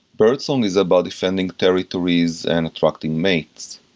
birdsong is about defending territories and attracting mates.